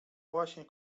właśnie